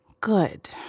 Good